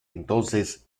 entonces